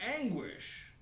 anguish